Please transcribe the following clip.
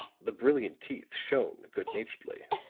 the brilliant teeth shone good-naturedly.